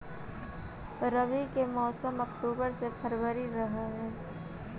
रब्बी के मौसम अक्टूबर से फ़रवरी रह हे